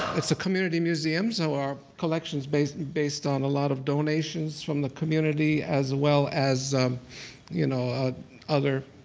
it's a community museum, so our collection's based based on a lot of donations from the community as well as you know ah other,